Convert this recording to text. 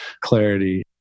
clarity